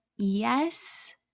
Yes